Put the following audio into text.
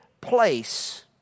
place